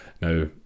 Now